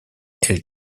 elles